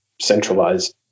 centralized